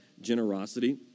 generosity